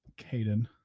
Caden